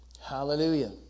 Hallelujah